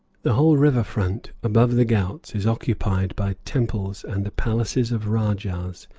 the whole river-front above the ghauts is occupied by temples and the palaces of rajahs,